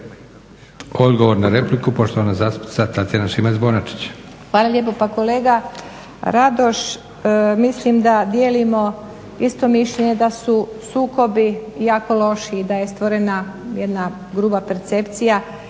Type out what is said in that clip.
Odgovor na repliku, poštovana zastupnica Tatjana Šimac-Bonačić. **Šimac Bonačić, Tatjana (SDP)** Hvala lijepa. Pa kolega Radoš, mislim da dijelimo isto mišljenje da su sukobi jako loši i da je stvorena jedna grupa percepcija